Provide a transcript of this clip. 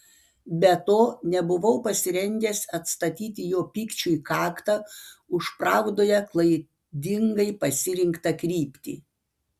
be to nebuvau pasirengęs atstatyti jo pykčiui kaktą už pravdoje klaidingai pasirinktą kryptį